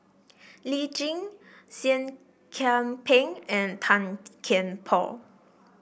Lee Tjin Seah Kian Peng and Tan Kian Por